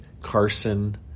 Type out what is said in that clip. Carson